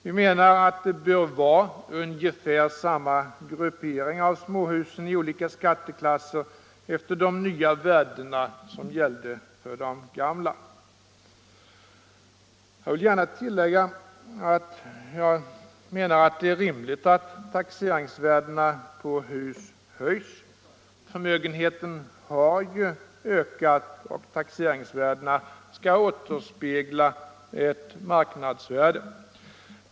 Vi menar att det bör vara ungefär samma gruppering av småhusen i olika skatteklasser efter de nya värdena som gällde för de gamla. Jag vill gärna tillägga att jag menar att det är rimligt att taxeringsvärdena på hus höjs. Förmögenheten har ju ökat, och taxeringsvärdena skall återspegla ett marknadsvärde.